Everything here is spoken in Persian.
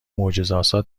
معجزهآسا